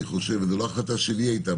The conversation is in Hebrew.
וזו לא החלטה שלי הייתה,